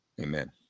Amen